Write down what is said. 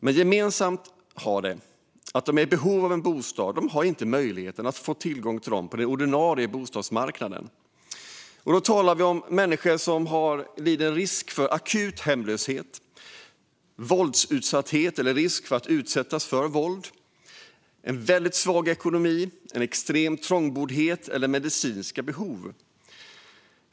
Men de har gemensamt att de är i behov av en bostad och inte har möjlighet att få tillgång till en på den ordinarie bostadsmarknaden. Då talar vi om människor som lider risk för akut hemlöshet, är utsatta för eller riskerar att utsättas för våld, har en väldigt svag ekonomi, lever i extrem trångboddhet eller har medicinska behov.